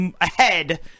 ahead